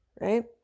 Right